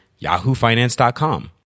yahoofinance.com